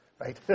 right